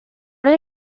did